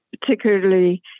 particularly